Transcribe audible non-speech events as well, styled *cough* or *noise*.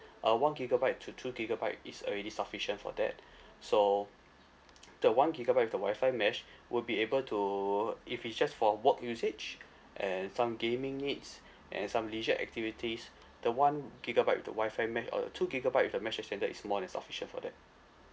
uh one gigabyte to two gigabyte is already sufficient for that *breath* so *noise* the one gigabyte with the WI-FI mesh would be able to if it's just for work usage and some gaming needs and some leisure activities the one gigabyte with the WI-FI mesh or uh two gigabyte with the mesh extender is more than sufficient for that